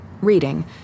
reading